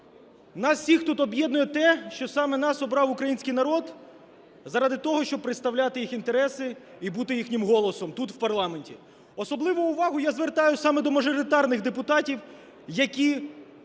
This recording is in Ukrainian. Нас всіх тут об'єднує те, що саме нас обрав український народ заради того, щоб представляти їх інтереси і бути їхнім голосом тут в парламенті. Особливу увагу я звертаю саме до мажоритарних депутатів, які